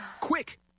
Quick